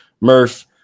Murph